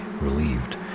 relieved